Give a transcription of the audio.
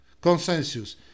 consensus